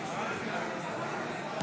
211.